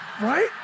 Right